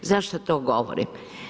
Zašto to govorim?